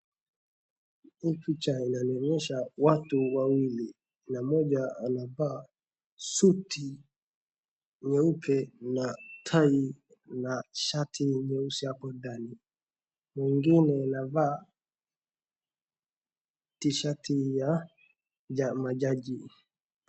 Hii picha inanionyesha watu wawili na mmoja amevaa suti nyeupe na tai na shati nyeusi hapo ndani na mwingine anavaa tishati ya majaji.